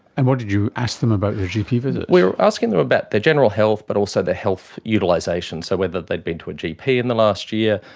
and what did you ask them about their gp visits? we were asking them about their general health but also their health utilisation, so whether they had been to a gp in the last year,